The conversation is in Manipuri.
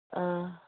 ꯑ